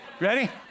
Ready